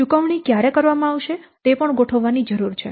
તેથી ચૂકવણીઓ ક્યારે કરવામાં આવશે તે પણ ગોઠવવાની જરૂર છે